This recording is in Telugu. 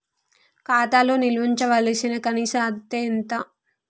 ఖాతా లో నిల్వుంచవలసిన కనీస అత్తే ఎంత?